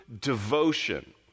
devotion